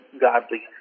godly